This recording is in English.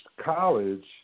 college